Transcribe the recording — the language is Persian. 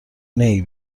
نمی